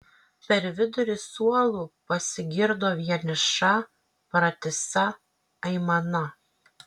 per vidurį suolų pasigirdo vieniša pratisa aimana